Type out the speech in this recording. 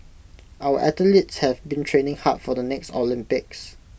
our athletes have been training hard for the next Olympics